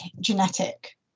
genetic